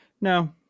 No